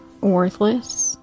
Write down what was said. worthless